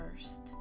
first